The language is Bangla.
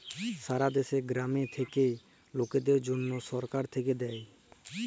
সারা দ্যাশে গ্রামে থাক্যা লকদের জনহ সরকার থাক্যে দেয়